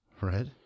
Right